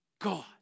God